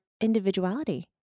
individuality